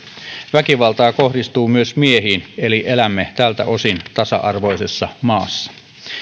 väkivaltaa kohdistuu myös miehiin eli elämme tältä osin tasa arvoisessa maassa